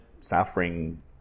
suffering